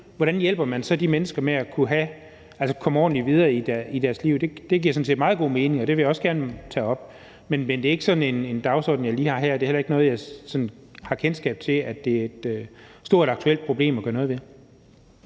hvordan man hjælper de mennesker med at komme ordentligt videre i deres liv. Det giver sådan set meget god mening, og det vil jeg også gerne tage op. Men det er ikke en dagsorden, jeg lige har med her, og det er heller ikke noget, jeg har kendskab til er et stort og aktuelt problem at gøre noget ved.